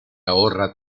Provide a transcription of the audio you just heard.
ahorra